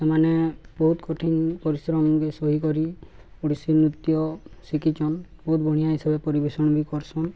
ସେମାନେ ବହୁତ କଠିନ ପରିଶ୍ରମ ସହିକରି ଓଡ଼ିଶୀ ନୃତ୍ୟ ଶିଖିଛନ୍ ବହୁତ ବଢ଼ିଆ ହିସାବରେ ପରିବେଷଣ ବି କରସନ୍